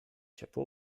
ciepło